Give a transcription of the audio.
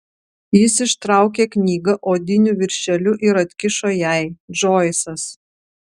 jis ištraukė knygą odiniu viršeliu ir atkišo jai džoisas